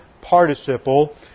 participle